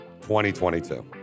2022